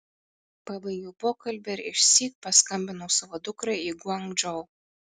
pabaigiau pokalbį ir išsyk paskambinau savo dukrai į guangdžou